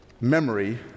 memory